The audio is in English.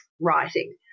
writing